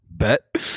Bet